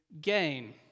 gain